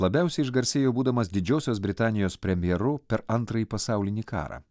labiausiai išgarsėjo būdamas didžiosios britanijos premjeru per antrąjį pasaulinį karą